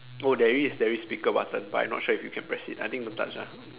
oh there is there is speaker button but I'm not sure if you can press it I think don't touch ah